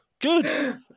Good